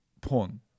porn